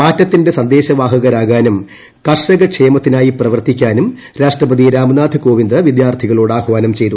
മാറ്റത്തിന്റെ സന്ദദേശവാഹകരാകാനും കർഷക ക്ഷേമത്തിനായി പ്രവർത്തിക്കാനും രാഷ്ട്രപതി രാംനാഥ് കോവിന്ദ് വിദ്യാർത്ഥികളോട് ആഹ്വാനം ചെയ്തു